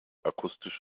akustisch